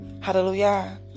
hallelujah